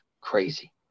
crazy